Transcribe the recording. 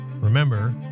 remember